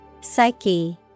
Psyche